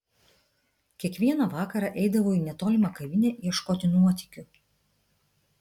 kiekvieną vakarą eidavau į netolimą kavinę ieškoti nuotykių